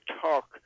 talk